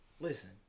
listen